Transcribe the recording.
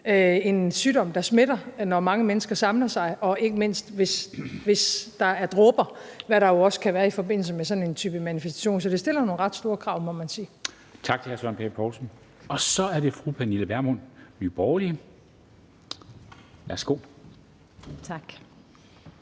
en sygdom, der smitter, når mange mennesker samler sig, og ikke mindst, hvis der er dråber, hvad der jo også kan være i forbindelse med sådan en type manifestation. Så det stiller nogle ret store krav, må man sige. Kl. 13:56 Formanden (Henrik Dam Kristensen): Tak til hr. Søren Pape Poulsen. Så er det fru Pernille Vermund, Nye Borgerlige. Værsgo. Kl.